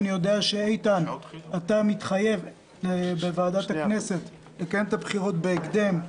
אני יודע שאתה מתחייב בוועדת הכנסת לקיים את הבחירות בהקדם,